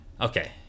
okay